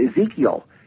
Ezekiel